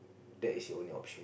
that is your only option